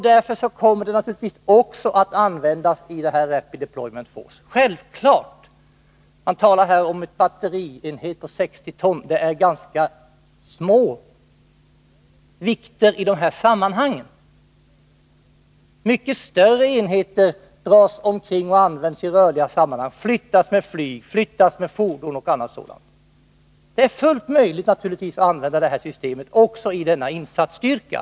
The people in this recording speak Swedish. Därför kommer det naturligtvis också att användas i Rapid Deployment Force. Man talar om en batterienhet på 60 ton. Det är ganska små vikter i dessa sammanhang — mycket större enheter dras omkring och används i rörliga sammanhang, transporteras med flyg eller andra fordon. Det är fullt möjligt att använda detta system också i denna insatsstyrka.